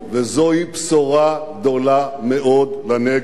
וזוהי בשורה גדולה מאוד לנגב.